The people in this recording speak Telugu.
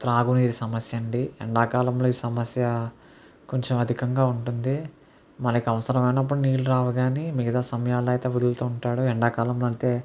త్రాగునీరు సమస్య అండి ఎండాకాలంలో ఈ సమస్య కొంచెం అధికంగా ఉంటుంది మనకు అవసరమైనప్పుడు నీళ్ళు రావు కానీ మిగతా సమయాల్లో అయితే వదులుతూ ఉంటాడు ఎండాకాలంలో అయితే